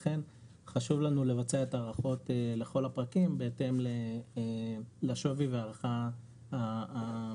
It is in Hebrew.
לכן חשוב לנו לבצע את ההערכות לכל הפרקים בהתאם לשווי ולהערכה הנוכחיים.